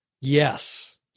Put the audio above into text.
Yes